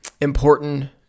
important